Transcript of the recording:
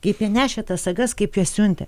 kaip jie nešė tas sagas kaip jas siuntė